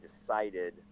decided